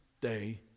Day